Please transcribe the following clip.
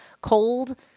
cold